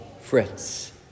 Fritz